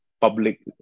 public